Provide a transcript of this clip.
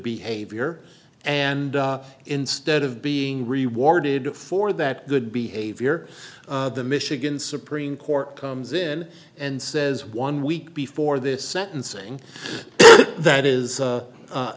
behavior and instead of being rewarded for that good behavior the michigan supreme court comes in and says one week before this sentencing that is